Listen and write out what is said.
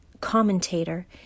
commentator